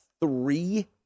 three